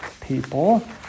people